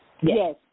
Yes